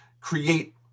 create